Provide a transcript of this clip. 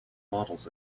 models